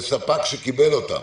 זה ספק שקיבל אותם.